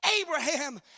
Abraham